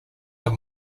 are